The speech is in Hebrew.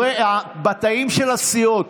בתאים של הסיעות,